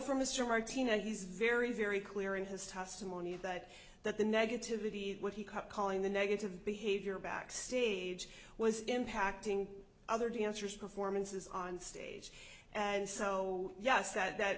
from mr martinez he's very very clear in his testimony that that the negativity that he cut calling the negative behavior backstage was impacting other dancers performances on stage and so yes that